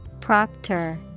Proctor